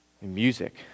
Music